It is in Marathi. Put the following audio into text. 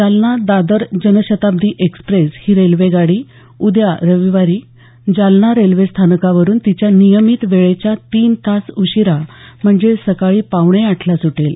जालना दादर जनशताब्दी एक्स्प्रेस ही रेल्वेगाडी उद्या रविवारी जालना रेल्वे स्थानकावरून तिच्या नियमित वेळेच्या तीन तास उशिरा म्हणजे सकाळी पावणेआठला सुटेल